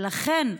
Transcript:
ולכן,